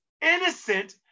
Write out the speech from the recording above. innocent